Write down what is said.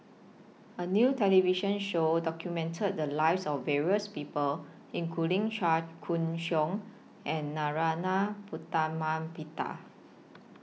A New television Show documented The Lives of various People including Chua Koon Siong and Narana Putumaippittan